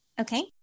okay